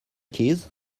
keys